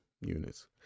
units